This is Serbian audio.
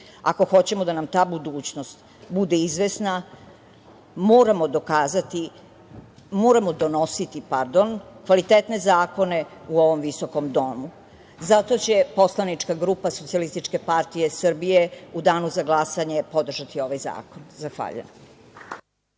Ako hoćemo da nam ta budućnost bude izvesna moramo donositi kvalitetne zakone u ovom visokom domu. Zato će poslanička grupa SPS u danu za glasanje podržati ovaj zakon. Zahvaljujem.